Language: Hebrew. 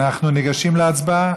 אנחנו ניגשים להצבעה.